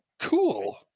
cool